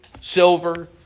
silver